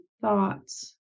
thoughts